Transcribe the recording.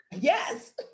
Yes